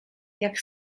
jak